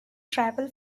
travel